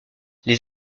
les